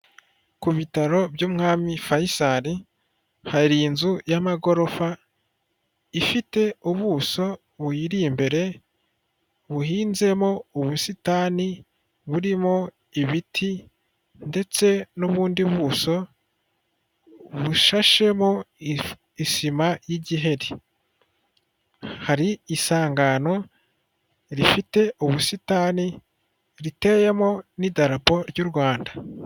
Ku bitaro by'Umwami Faisal, hari inzu y'amagorofa, ifite ubuso buyiri imbere, buhinzemo ubusitani burimo ibiti, ndetse n'ubundi buso bushashemo isima y'igiheri. Hari isangano rifite ubusitani, riteyemo n'idarapo ry'u Rwanda.